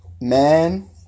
man